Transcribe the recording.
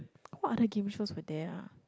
what other game shows were there ah